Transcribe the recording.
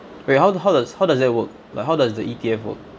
wait how how does how does that work like how does the E_T_F work